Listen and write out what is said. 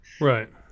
Right